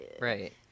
right